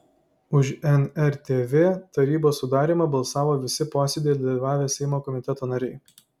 už nrtv tarybos sudarymą balsavo visi posėdyje dalyvavę seimo komiteto nariai